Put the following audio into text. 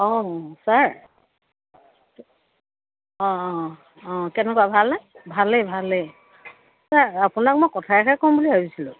অঁ ছাৰ অঁ অঁ অঁ কেনেকুৱা ভালনে ভালেই ভালেই ছাৰ আপোনাক মই কথা এটা ক'ম বুলি ভাবিছিলোঁ